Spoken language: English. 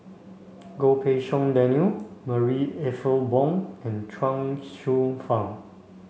Goh Pei Siong Daniel Marie Ethel Bong and Chuang Hsueh Fang